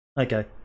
Okay